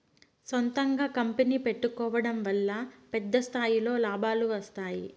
సొంతంగా కంపెనీ పెట్టుకోడం వల్ల పెద్ద స్థాయిలో లాభాలు వస్తాయి